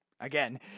Again